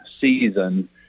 season